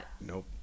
Nope